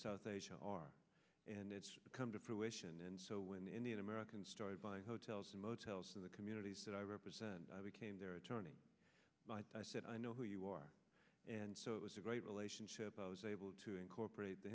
south asia are and it's come to fruition and so when indian americans started buying hotels and motels in the communities that i represent i became their attorney i said i know who you are and so it was a great relationship i was able to incorporate the